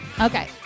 Okay